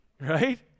right